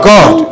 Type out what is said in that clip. God